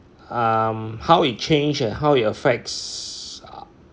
um how it change and how it affects uh